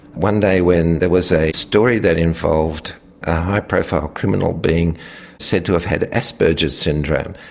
one day when there was a story that involved a high profile criminal being said to have had asperger's syndrome.